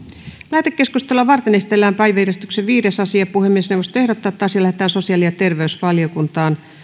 lähetekeskustelua varten esitellään päiväjärjestyksen viides asia puhemiesneuvosto ehdottaa että asia lähetetään sosiaali ja terveysvaliokuntaan